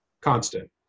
constant